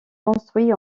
construit